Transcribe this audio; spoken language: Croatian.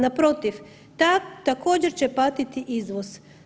Naprotiv, ta također će patiti izvoz.